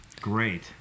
Great